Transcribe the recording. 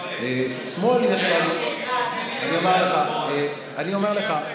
שמאל, שמאל, בעיניי, אני אומר לך, אני אומר לך,